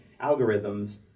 algorithms